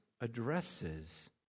addresses